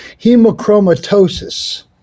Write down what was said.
hemochromatosis